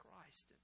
Christ